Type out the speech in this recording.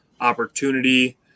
opportunity